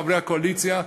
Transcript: חברי הקואליציה,